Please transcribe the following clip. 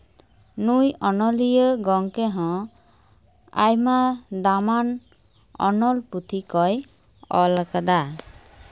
ᱱᱩᱭ ᱚᱱᱚᱞᱤᱭᱟᱹ ᱜᱚᱝᱠᱮ ᱦᱚᱸ ᱟᱭᱢᱟ ᱫᱟᱢᱟᱱ ᱚᱱᱚᱞ ᱯᱩᱛᱷᱤ ᱠᱚᱭ ᱚᱞᱟᱠᱟᱫᱟ